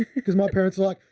cause my parents. like